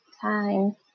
time